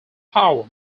power